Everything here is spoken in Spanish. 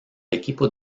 equipo